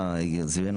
אושרו.